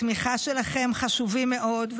התמיכה שלכם חשובה מאוד.